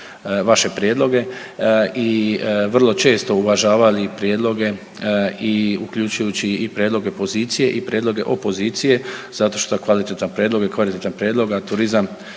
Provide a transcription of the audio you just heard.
vaše prijedloge i vrlo često uvažavali prijedloge i uključujući i prijedloge pozicije i prijedloge opozicije zato što kvalitetan prijedlog je kvalitetan prijedlog, a turizam